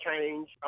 change